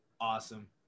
Awesome